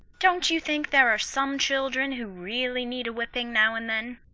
don't you think there are some children who really need a whipping now and then?